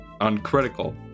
uncritical